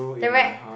the re~